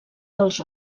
dels